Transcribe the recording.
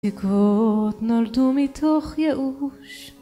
תקוות נולדו מתוך ייאוש